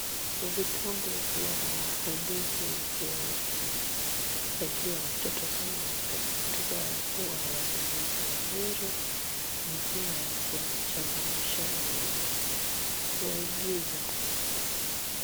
Vitabu vya hadithi husaidia watoto sasa katika kuwa wasomaji wazuri na pia kuwachangamsha na kuwaigiza.